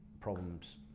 problems